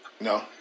No